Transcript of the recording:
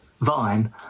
vine